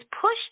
push